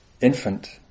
infant